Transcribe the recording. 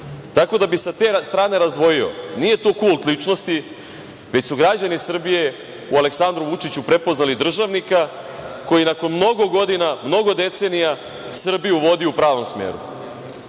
Tako da bih sa te strane razdvojio, nije to kult ličnosti, već su građani Srbije u Aleksandru Vučiću prepoznali državnika koji nakon mnogo godina, mnogo decenija Srbiju vodi u pravom smeru.